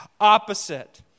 opposite